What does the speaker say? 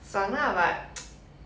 爽 lah but